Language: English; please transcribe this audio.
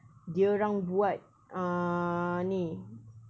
dia orang buat uh ni